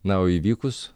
na o įvykus